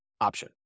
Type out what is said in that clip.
option